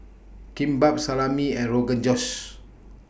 Kimbap Salami and Rogan Josh